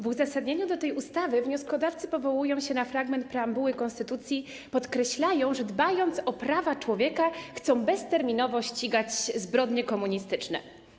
W uzasadnieniu do tej ustawy wnioskodawcy powołują się na fragment preambuły konstytucji, podkreślają, że dbając o prawa człowieka, chcą bezterminowo ścigać zbrodnie komunistyczne.